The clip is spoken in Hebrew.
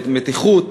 המתיחות